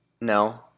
No